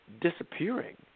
disappearing